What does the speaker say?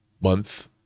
month